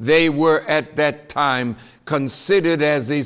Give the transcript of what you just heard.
they were at that time considered as a